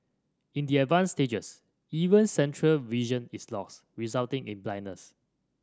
in the advanced stages even central vision is lost resulting in blindness